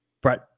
Brett